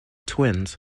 twins